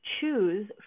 choose